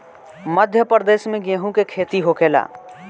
मध्यप्रदेश में गेहू के खेती होखेला